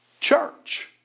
church